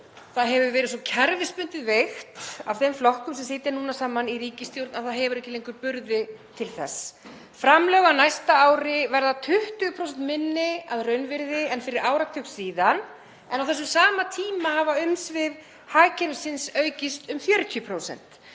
Það hefur verið svo kerfisbundið veikt af þeim flokkum sem sitja núna saman í ríkisstjórn að það hefur ekki lengur burði til þess. Framlög á næsta ári verða 20% minni að raunvirði en fyrir áratug síðan, en á þessum sama tíma hafa umsvif hagkerfisins aukist um 40%.